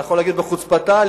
אני יכול להגיד: בחוצפתה,